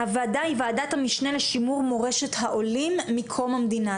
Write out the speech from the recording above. הוועדה היא ועדת המשנה לשימור מורשת העולים מקום המדינה,